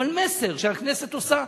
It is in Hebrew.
אבל זה מסר שהכנסת מעבירה,